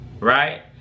right